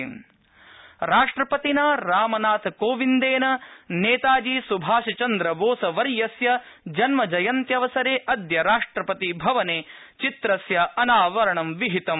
राष्ट्रपति नेताजी राष्ट्रपतिना श्रीरामनाथकोविन्देन नेताजी सुभाषचन्द्रबोसवर्यस्य जन्मजयन्त्यवसरे अद्य राष्ट्रपतिभवने तस्य चित्रस्य अनावरणं विहितम्